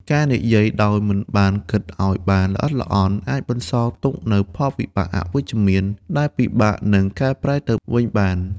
ការនិយាយដោយមិនបានគិតឱ្យបានល្អិតល្អន់ អាចបន្សល់ទុកនូវផលវិបាកអវិជ្ជមាន ដែលពិបាកនឹងកែប្រែទៅវិញបាន។